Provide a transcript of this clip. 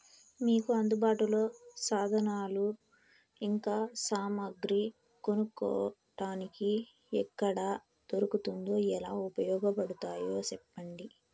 మీకు అందుబాటులో సాధనాలు ఇంకా సామగ్రి కొనుక్కోటానికి ఎక్కడ దొరుకుతుందో ఎలా ఉపయోగపడుతాయో సెప్పండి?